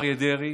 אריה דרעי